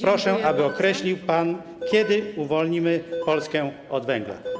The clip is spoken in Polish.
Proszę, aby określił pan, kiedy uwolnimy Polskę od węgla.